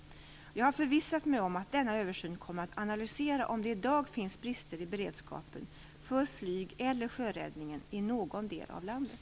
Jag har förvissat mig om att denna översyn kommer att analysera om det i dag finns brister i beredskapen för flyg eller sjöräddningen i någon del av landet.